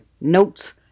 notes